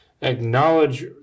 acknowledge